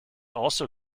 also